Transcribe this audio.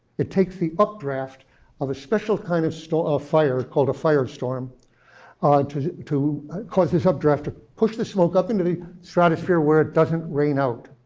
it takes the updraft of a special kind of so of fire called a firestorm ah to to cause this updraft to push the smoke up into the stratosphere where it doesn't rain out